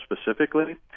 specifically